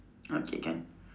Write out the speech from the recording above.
okay can